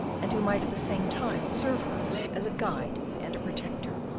and who might at the same time serve her as a guide and a protector.